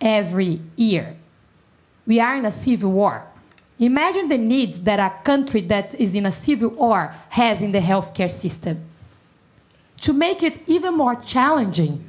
every year we are in a civil war imagine the needs that our country that is in a civil war has in the healthcare system to make it even more challenging